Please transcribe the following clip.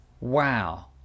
wow